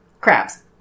Crabs